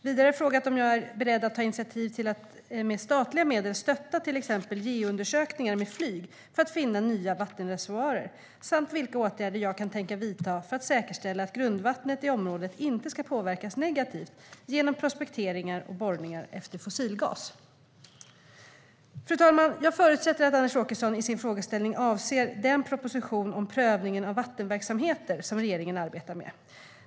Vidare har han frågat om jag är beredd att ta initiativ till att med statliga medel stötta till exempel geoundersökningar med flyg för att finna nya vattenreservoarer samt vilka åtgärder jag tänker vidta för att säkerställa att grundvattnet i området inte ska påverkas negativt genom prospekteringar och borrningar efter fossilgas. Fru talman! Jag förutsätter att Anders Åkesson i sin frågeställning avser den proposition om prövningen av vattenverksamheter som regeringen arbetar med.